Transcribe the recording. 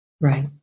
Right